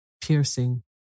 piercing